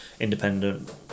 independent